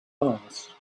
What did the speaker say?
passed